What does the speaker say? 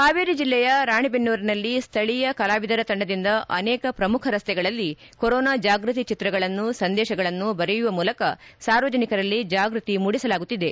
ಹಾವೇರಿ ಜಿಲ್ಲೆಯ ರಾಣೆಬೆನ್ನೂರನಲ್ಲಿ ಸ್ವೀಯ ಕಲಾವಿದರ ತಂಡದಿಂದ ಅನೇಕ ಪ್ರಮುಖ ರಸ್ತೆಗಳಲ್ಲಿ ಕೊರೊನಾ ಜಾಗ್ಭತಿ ಚಿತ್ರಗಳನ್ನು ಸಂದೇಶಗಳನ್ನು ಬರೆಯುವ ಮೂಲಕ ಸಾರ್ವಜನಿಕರಲ್ಲಿ ಜಾಗೃತಿ ಮೂಡಿಸಲಾಗುತ್ತಿದೆ